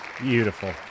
beautiful